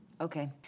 Okay